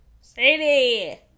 Sadie